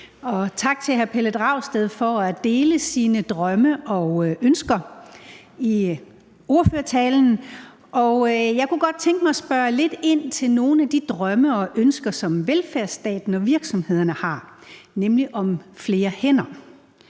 tak til hr. Pelle Dragsted for at dele sine drømme og ønsker i sin ordførertale. Jeg kunne godt tænke mig at spørge lidt ind til nogle af de drømme og ønsker, som velfærdsstaten og virksomhederne har, nemlig om flere hænder.